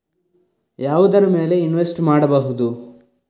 ಯಾವುದರ ಮೇಲೆ ಇನ್ವೆಸ್ಟ್ ಮಾಡಬಹುದು?